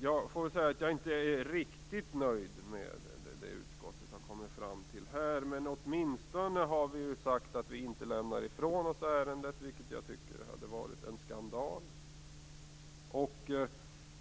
detta. Jag är inte riktigt nöjd med det som utskottet har kommit fram till här. Men vi i utskottet har ändå sagt att vi inte lämnar ifrån oss ärendet, vilket jag tycker hade varit en skandal.